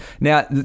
Now